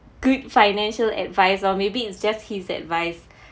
good financial advice or maybe it's just his advice